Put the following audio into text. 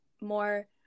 more